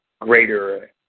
greater